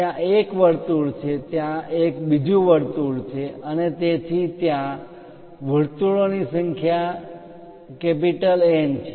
ત્યાં એક વર્તુળ છે ત્યાં એક બીજું વર્તુળ છે અને તેથી ત્યાં વર્તુળોની સંખ્યા N છે